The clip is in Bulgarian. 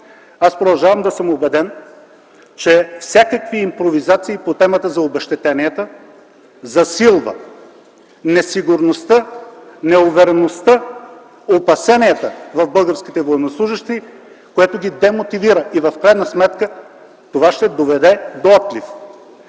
аз продължавам да съм убеден, че всякакви импровизации по темата за обезщетенията засилват несигурността, неувереността, опасенията в българските военнослужещи, което ги демотивира! В крайна сметка това ще доведе до отлив.